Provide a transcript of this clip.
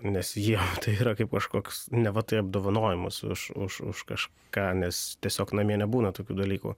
nes jiem tai yra kaip kažkoks neva tai apdovanojimas už už už kažką nes tiesiog namie nebūna tokių dalykų